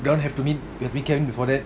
y'all have to meet if weekend before that